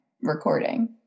recording